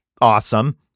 awesome